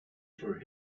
for